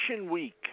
week